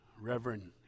Reverend